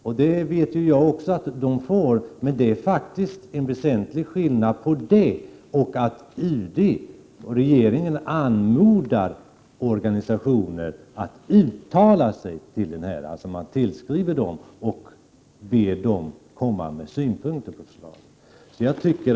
Också jag vet ju att de kan göra det, men det är faktiskt en väsentlig skillnad när UD och regeringen anmodar organisationer att uttala sig — man tillskriver alltså olika organisationer och ber dem komma med synpunkter på förslag.